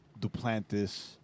Duplantis